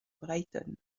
brighton